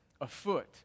afoot